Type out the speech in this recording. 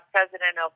President